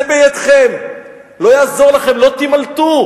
זה בידכם, לא יעזור לכם, לא תימלטו,